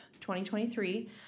2023